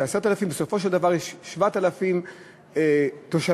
של 10,000. בסופו של דבר,